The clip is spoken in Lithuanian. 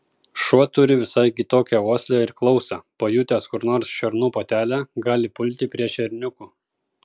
šuo turi visai kitokią uoslę ir klausą pajutęs kur nors šernų patelę gali pulti prie šerniukų